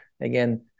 Again